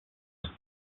ist